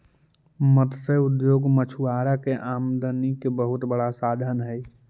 मत्स्य उद्योग मछुआरा के आमदनी के बहुत बड़ा साधन हइ